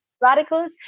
radicals